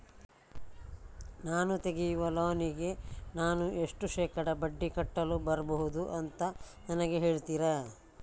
ನಾನು ತೆಗಿಯುವ ಲೋನಿಗೆ ನಾನು ಎಷ್ಟು ಶೇಕಡಾ ಬಡ್ಡಿ ಕಟ್ಟಲು ಬರ್ಬಹುದು ಅಂತ ನನಗೆ ಹೇಳ್ತೀರಾ?